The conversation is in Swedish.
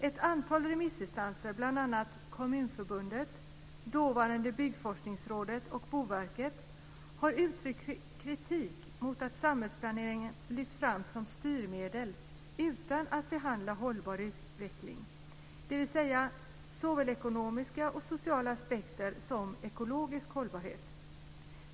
Ett antal remissinstanser, bl.a. Kommunförbundet, dåvarande Byggforskningsrådet och Boverket, har uttryckt kritik mot att samhällsplaneringen lyfts fram som styrmedel utan att behandla hållbar utveckling, dvs. såväl ekonomiska och sociala aspekter som ekologisk hållbarhet.